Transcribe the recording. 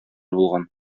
булган